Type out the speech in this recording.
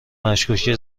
مشکوکه